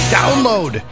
download